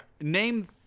name